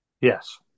Yes